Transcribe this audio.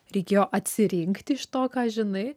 reikėjo atsirinkti iš to ką žinai